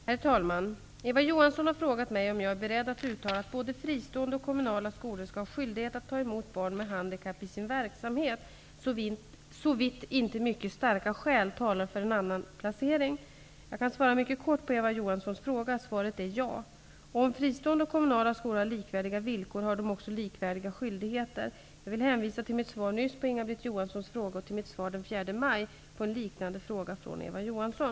Herr talman! Eva Johansson har frågat mig om jag är beredd att uttala att både fristående och kommunala skolor skall ha skyldighet att ta emot barn med handikapp i sin verksamhet, såvitt inte mycket starka skäl talar för en annan placering. Jag kan svara mycket kort på Eva Johanssons fråga. Svaret är ja; om fristående och kommunala skolor har likvärdiga villkor har de också likvärdiga skyldigheter. Jag vill hänvisa till mitt svar nyss på Inga-Britt Johanssons fråga och till mitt svar den 4 maj på en liknande fråga från Eva Johansson.